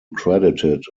credited